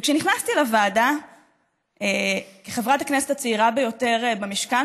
וכשנכנסתי לוועדה כחברת הכנסת הצעירה ביותר במשכן,